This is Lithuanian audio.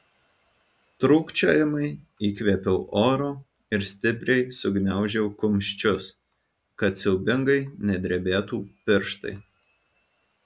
trūkčiojamai įkvėpiau oro ir stipriai sugniaužiau kumščius kad siaubingai nedrebėtų pirštai